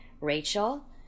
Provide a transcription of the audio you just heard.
Rachel